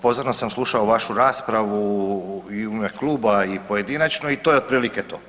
Pozorno sam slušao vašu raspravu i u ime kluba i pojedinačno i to je otprilike to.